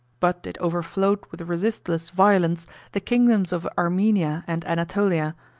but it overflowed with resistless violence the kingdoms of armenia and anatolia,